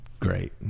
Great